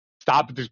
stop